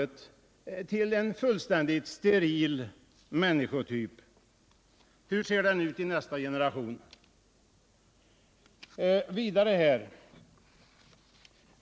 Hur ser den människotypen ut i nästa generation?